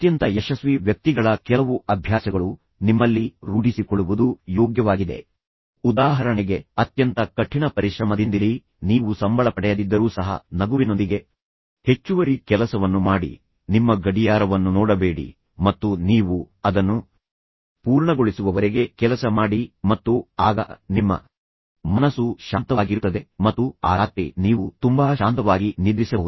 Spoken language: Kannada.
ಅತ್ಯಂತ ಯಶಸ್ವಿ ವ್ಯಕ್ತಿಗಳ ಕೆಲವು ಅಭ್ಯಾಸಗಳು ನಿಮ್ಮಲ್ಲಿ ರೂಢಿಸಿಕೊಳ್ಳುವುದು ಯೋಗ್ಯವಾಗಿದೆ ಉದಾಹರಣೆಗೆ ಅತ್ಯಂತ ಕಠಿಣ ಪರಿಶ್ರಮದಿಂದಿರಿ ನೀವು ಸಂಬಳ ಪಡೆಯದಿದ್ದರೂ ಸಹ ನಗುವಿನೊಂದಿಗೆ ಹೆಚ್ಚುವರಿ ಕೆಲಸವನ್ನು ಮಾಡಿ ನಿಮ್ಮ ಗಡಿಯಾರವನ್ನು ನೋಡಬೇಡಿ ಮತ್ತು ನೀವು ಅದನ್ನು ಪೂರ್ಣಗೊಳಿಸುವವರೆಗೆ ಕೆಲಸ ಮಾಡಿ ಮತ್ತು ಆಗ ನಿಮ್ಮ ಮನಸ್ಸು ಶಾಂತವಾಗಿರುತ್ತದೆ ಮತ್ತು ಆ ರಾತ್ರಿ ನೀವು ತುಂಬಾ ಶಾಂತವಾಗಿ ನಿದ್ರಿಸಬಹುದು